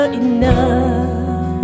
enough